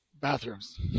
bathrooms